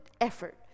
effort